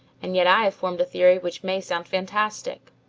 and yet i have formed a theory which may sound fantastic